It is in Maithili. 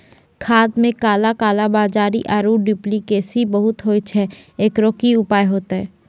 खाद मे काला कालाबाजारी आरु डुप्लीकेसी बहुत होय छैय, एकरो की उपाय होते?